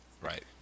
Right